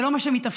זה לא מה שמתאפשר.